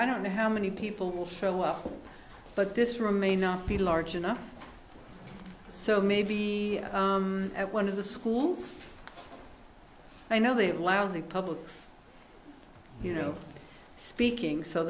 i don't know how many people will show up but this room may not be large enough so may be at one of the schools i know they have lousy public you know speaking so